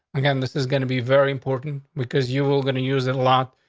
again, this is going to be very important because you were going to use it a lot.